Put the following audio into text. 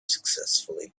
successfully